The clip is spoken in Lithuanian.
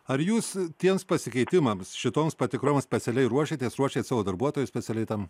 ar jūs tiems pasikeitimams šitoms patikroms specialiai ruošėtės ruošėt savo darbuotojus specialiai tam